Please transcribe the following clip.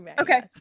Okay